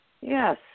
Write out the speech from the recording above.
Yes